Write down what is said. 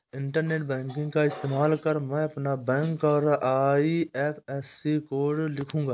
internet banking का इस्तेमाल कर मैं अपना बैंक और आई.एफ.एस.सी कोड लिखूंगा